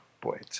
boy